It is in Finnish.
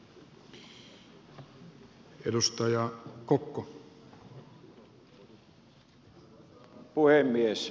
arvoisa puhemies